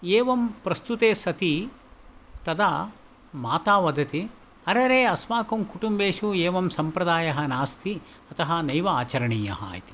एवं प्रस्तुते सति तदा माता वदति अरेरे अस्माकं कुटुम्बेषु एवं सम्प्रदायः नास्ति अतः नैव आचरणीयः इति